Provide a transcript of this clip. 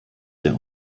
der